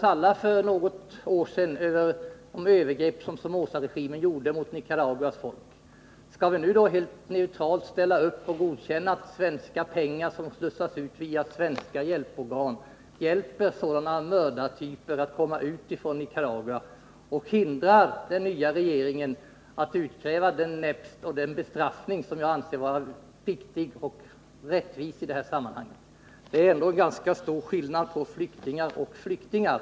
För något år sedan upprördes vi alla över Somozaregimens övergrepp mot Nicaraguas folk. Skall vi nu helt neutralt ställa upp och godkänna att svenska pengar som slussas ut via svenska hjälporgan hjälper sådana mördartyper att komma ut ur Nicaragua och hindra den nya regeringen att utkräva den näpst och den bestraffning som enligt min mening är riktig och rättvis. Det är ändå en ganska stor skillnad på flyktingar och flyktingar.